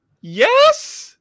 Yes